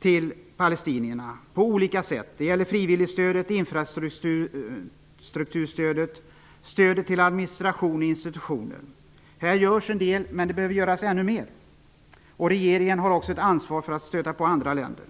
till palestinierna måste byggas ut på olika sätt. Det gäller frivilligstödet, infrastrukturstödet samt stödet till administration och institutioner. Här görs en del, men ännu mer behöver göras. Regeringen har även ett ansvar för att stöta på andra länder.